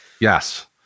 Yes